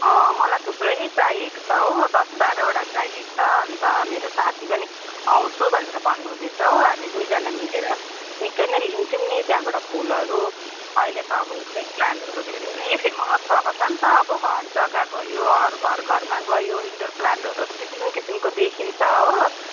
अँ मलाई थुप्रै चाहिएको छ हो दस बाह्रवटा चाहिएको छ अनि त मेरो साथी पनि आउँछु भनेर भन्नुहुँदैछ हो हामी दुईजना मिलेर निकै नै लिन्छौँ नि त्यहाँबाट फुलहरू अहिले त अब इन्डोर प्लान्टहरू धेरै नै फेमस भएको छ नि त अब हर जग्गा गयो हर घर घरमा गयो अब इन्डोर प्लान्टहरू अब किसिम किसिमको देखिन्छ हो